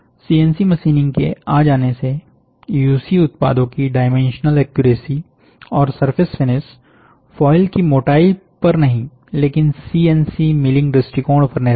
CNC machining के आ जाने से यूसी उत्पादों की डायमेंशनल एक्यूरेसी और सरफेस फिनिश फॉयल की मोटाई पर नहीं लेकिन सीएनसी मिलिंग दृष्टिकोण पर निर्भर है